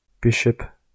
bishop